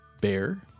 Bear